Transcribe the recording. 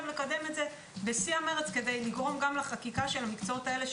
לקדם את זה בשיא המרץ כדי לגרום גם לחקיקה של המקצועות האלה,